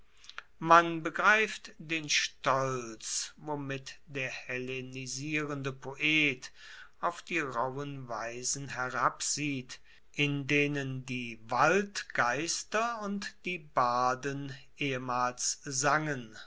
man begreift den stolz womit der hellenisierende poet auf die rauhen weisen herabsieht in denen die waldgeister und die barden ehemals sangen